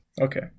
Okay